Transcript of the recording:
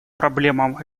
проблемам